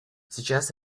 сейчас